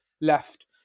left